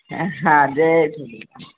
हा जय झूलेलाल